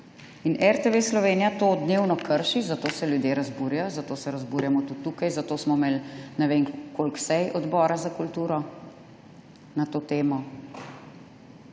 RTV Slovenija to dnevno krši, zato se ljudje razburjajo, zato se razburjamo tudi tukaj, zato smo imeli ne vem koliko sej Odbora za kulturo na to temo